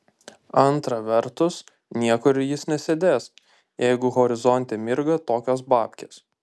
antra vertus niekur jis nesidės jeigu horizonte mirga tokios babkės